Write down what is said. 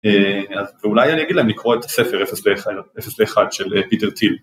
ואולי אני אגיד להם לקרוא את הספר 0 ל-1 של פיטר טיל